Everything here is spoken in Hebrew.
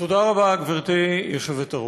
תודה רבה, גברתי היושבת-ראש.